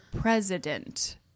president